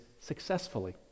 successfully